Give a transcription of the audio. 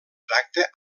tracta